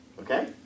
Okay